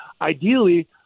ideally